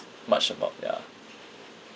much about ya